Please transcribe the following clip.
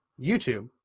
YouTube